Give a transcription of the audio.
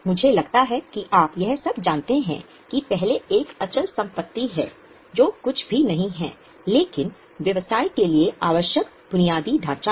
मुझे लगता है कि आप यह सब जानते हैं कि पहले एक अचल संपत्ति है जो कुछ भी नहीं है लेकिन व्यवसाय के लिए आवश्यक बुनियादी ढाँचा है